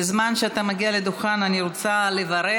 בזמן שאתה מגיע לדוכן אני רוצה לברך